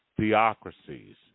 theocracies